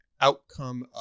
outcome